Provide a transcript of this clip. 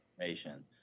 information